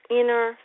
inner